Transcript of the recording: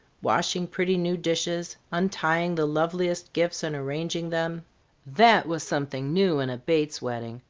washing pretty new dishes, untying the loveliest gifts and arranging them that was something new in a bates wedding.